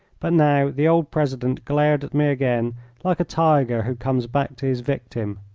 but now the old president glared at me again like a tiger who comes back to his victim.